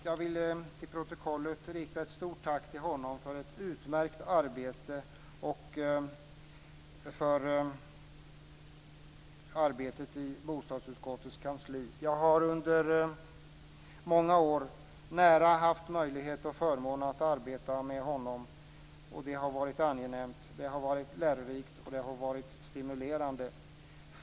Jag vill till protokollet rikta ett stort tack till honom för ett utmärkt arbete i bostadsutskottets kansli. Jag har under många år haft möjligheten och förmånen att arbeta tillsammans med honom. Det har varit angenämt, lärorikt och stimulerande.